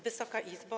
Wysoka Izbo!